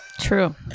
True